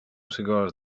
cigars